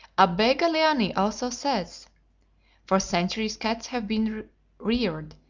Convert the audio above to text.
abbe galiani also says for centuries cats have been reared,